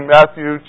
Matthew